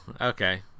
okay